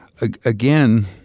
again